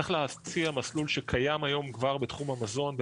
צריך להציע מסלול שקיים היום כבר בתחום המזון,